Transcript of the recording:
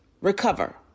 recover